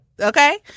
Okay